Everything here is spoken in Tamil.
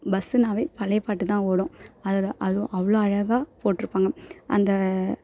பஸ்ஸுன்னாவே பழைய பாட்டுதான் ஓடும் அதில் அதுவும் அவ்வளோ அழகாக போட்டிருப்பாங்க அந்த